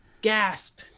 gasp